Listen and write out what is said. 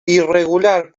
irregular